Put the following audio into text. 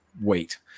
wait